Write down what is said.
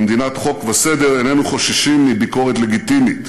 כמדינת חוק וסדר איננו חוששים מביקורת לגיטימית,